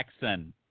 Jackson